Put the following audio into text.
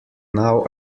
now